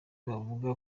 bavuga